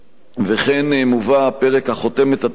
וכן מובא פרק החותם את התקנון,